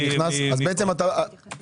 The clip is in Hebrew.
זה התייחסת